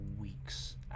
weeks